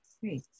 Great